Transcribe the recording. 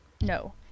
No